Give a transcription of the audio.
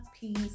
peace